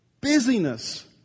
busyness